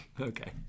okay